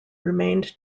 remained